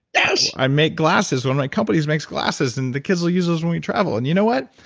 yes i make glasses. one of my companies makes glasses, and the kids will use those when we travel. and you know what?